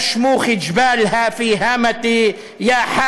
/ ראיתי כוכב בלילה עת השליך קרני אוֹרוֹ.